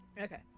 Okay